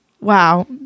Wow